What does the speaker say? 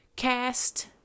cast